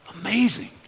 Amazing